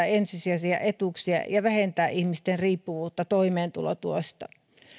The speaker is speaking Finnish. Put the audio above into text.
ensisijaisia etuuksia ja vähennetään ihmisten riippuvuutta toimeentulotuesta